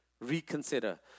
Reconsider